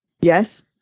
Yes